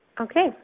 Okay